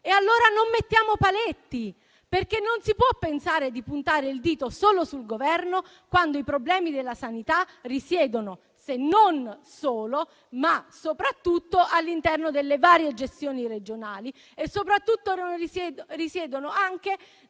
Allora non poniamo paletti, perché non si può pensare di puntare il dito solo contro il Governo, quando i problemi della sanità risiedono, se non solo, ma soprattutto all'interno delle varie gestioni regionali. E soprattutto risiedono anche